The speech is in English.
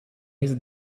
his